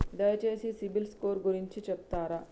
దయచేసి సిబిల్ స్కోర్ గురించి చెప్తరా?